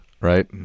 right